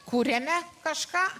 kuriame kažką